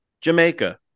Jamaica